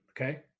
okay